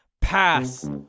pass